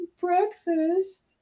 breakfast